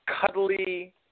cuddly